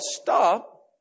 stop